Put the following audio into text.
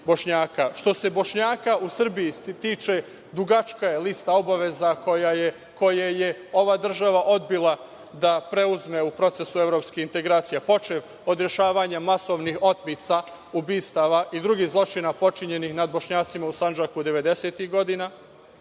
se Bošnjaka u Srbiji tiče, dugačka je lista obaveza koje je ova država odbila da preuzme u procesu evropskih integracija, počev od rešavanja masovnih otmica, ubistava i drugih zločina počinjenih nad Bošnjacima u Sandžaku 90-tih godina,